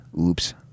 Oops